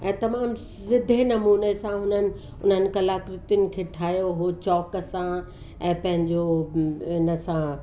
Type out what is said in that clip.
ऐं तमामु सिधे नमूने सां हुननि उन्हनि कलाकृतियुनि खे ठाहियो हो चौक सां ऐं पंहिंजो इनसां